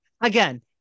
Again